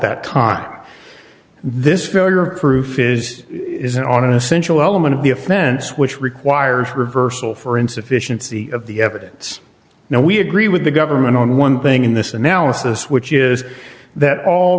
that time this failure proof is is and on an essential element of the offense which requires reversal for insufficiency of the evidence now we agree with the government on one thing in this analysis which is that all